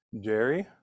Jerry